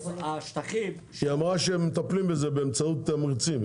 נציגת משרד התחבורה אמרה שמטפלים בזה באמצעות תמריצים.